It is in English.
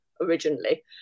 originally